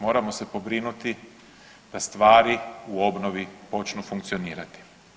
Moramo se pobrinuti da stvari u obnovi počnu funkcionirati.